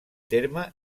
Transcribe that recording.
terme